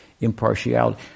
impartiality